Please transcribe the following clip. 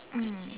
mm